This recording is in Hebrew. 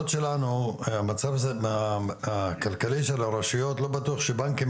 במצב הכלכלי של הרשויות לא בטוח שבנקים